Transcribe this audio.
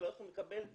אנחנו לא יכולים לקבל,